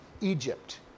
egypt